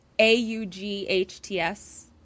A-U-G-H-T-S